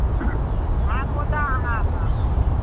हा पोइ तव्हां हा हा